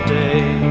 day